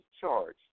charged